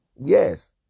Yes